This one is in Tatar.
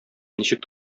ничек